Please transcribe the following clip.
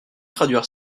traduire